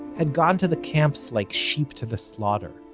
had gone to the camps like sheep to the slaughter,